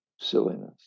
silliness